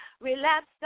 Relapse